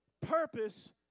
purpose